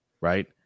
right